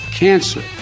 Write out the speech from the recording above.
Cancer